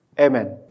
amen